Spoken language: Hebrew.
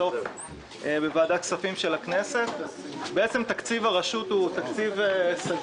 ועדת הכספים בנושא הצעת התקציב של רשות ניירות